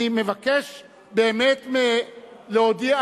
אני מבקש באמת להודיע.